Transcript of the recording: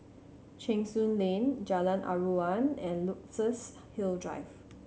Cheng Soon Lane Jalan Aruan and Luxus Hill Drive